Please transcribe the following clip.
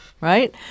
right